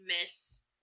miss